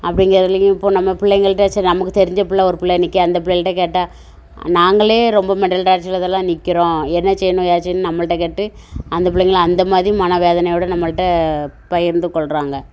அப்புடிங்கறதிலேயும் இப்போது நம்ம பிள்ளைங்கள்ட்ட சரி நமக்கு தெரிஞ்ச பிள்ள ஒரு பிள்ள நிக்கிறாள் அந்த பிள்ளைக்கிட்ட கேட்டால் நாங்களே ரொம்ப மெண்டல் டார்ச்சரில் தான் நிற்கிறோம் என்ன செய்யணும் ஏது செய்யணும்னு நம்மள்ட்ட கேட்டு அந்த புள்ளைங்கள்லாம் அந்த மாதிரி மன வேதனையோடு நம்மள்ட்ட பகிர்ந்துக் கொள்கிறாங்க